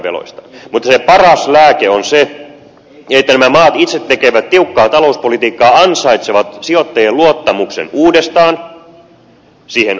mutta paras lääke on se että nämä maat itse tekevät tiukkaa talouspolitiikkaa ansaitsevat sijoittajien luottamuksen uudestaan siihen omaan maahansa